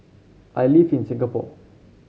I live in Singapore